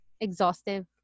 exhaustive